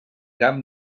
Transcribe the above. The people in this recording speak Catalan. cap